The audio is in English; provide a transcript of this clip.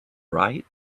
right